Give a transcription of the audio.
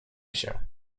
się